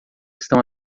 estão